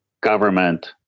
government